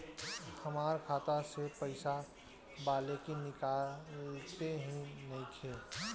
हमार खाता मे पईसा बा लेकिन निकालते ही नईखे?